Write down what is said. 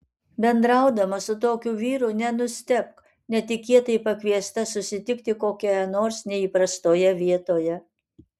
bendraudama su tokiu vyru nenustebk netikėtai pakviesta susitikti kokioje nors neįprastoje vietoje